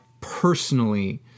personally